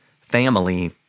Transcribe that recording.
Family